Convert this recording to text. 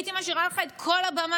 הייתי משאירה לך את כל הבמה,